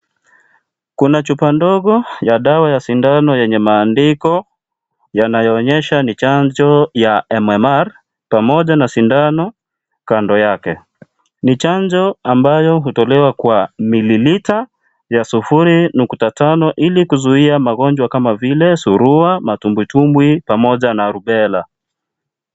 Kuna chupa ndogo ya dawa ya sindano yenye maandiko yanayoonyesha chanjo ya MMR, pamoja na sindano kando yake. Ni chanjo ambayo hutolewa kwa mililtre ya sufuri nukta tano, ili kuzuia magonjwa kama vile surua, matumwitumbwi pamoja na rubella.